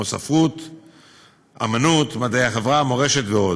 כמו ספרות, אמנות, מדעי החברה, מורשת ועוד.